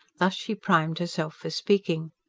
thus she primed herself for speaking.